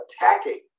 attacking